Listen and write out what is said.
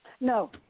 No